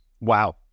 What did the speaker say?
Wow